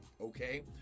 Okay